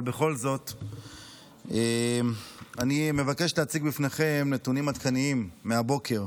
אבל בכל זאת אני מבקש להציג בפניכם נתונים עדכניים מהבוקר